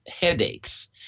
headaches